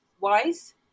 wise